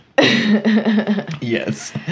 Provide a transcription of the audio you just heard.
Yes